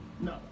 No